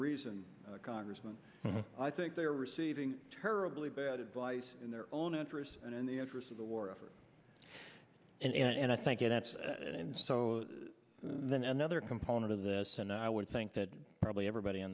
reason congressman i think they are receiving terribly bad advice in their own interests and in the interest of the war effort and i think it that's it and so then another component of this and i would think that probably everybody on